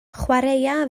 chwaraea